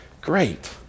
great